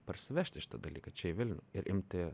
parsivežti šitą dalyką čia į vilnių ir imti